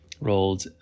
rolled